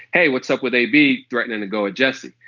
hey what's up with a b threatening to go jesse.